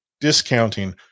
discounting